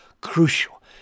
crucial